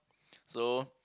so